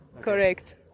correct